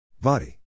Body